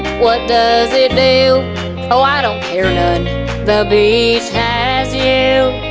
what does it do? oh, i don't care none the beach has you